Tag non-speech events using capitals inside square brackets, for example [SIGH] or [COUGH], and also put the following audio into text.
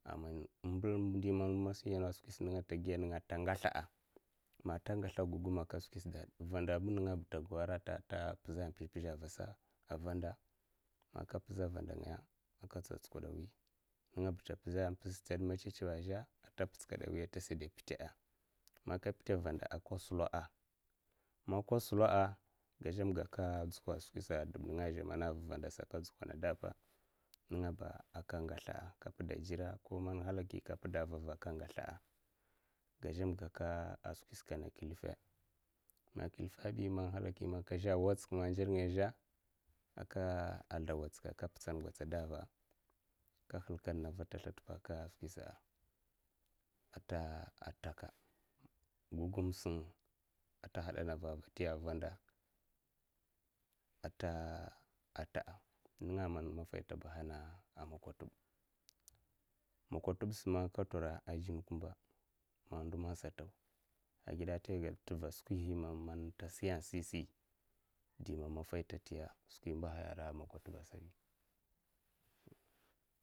A man imbil man masiyana skwining ta giya ninga da ngasla'a, man ta ngasla'a, guguma ta skwisdahad vandaba ningaba ta gawa a rata ta pizha an pizha pizha a vasa vanda man ka pizha vanda ngaya a kasa tsukada wi ningaba ta pizh stada mmatsatsawa a zha ata pitskadawi tasa pita'a, man ka pita. vanda aka sula'a man ka sula'a gazamga aka dzuba'a, skwisa dibninga zha man aa dibvandasa ko man ka pida a vava aka ngasla'a aka skwiskana kliffa mana kliffahi man ghalaki man nzal ngaya zha aka sldam a watsak a ka pitsan gwatsa dava ka ka halkan vatalsa t'pna ata [HESITATION] takka gugumsin a ta hadangva a vati a vanda a'ta ta'a ninga'a man maffai tabahana makwatab makotub sin man katong a jim kumba man ndo man sa taw a ta gud va skwi man tasiya'a sisi maffai ta tiya'a, [UNINTELLIGIBLE]